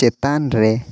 ᱪᱮᱛᱟᱱᱨᱮ